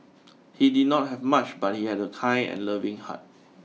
he did not have much but he had a kind and loving heart